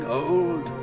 old